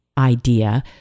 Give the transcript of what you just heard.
Idea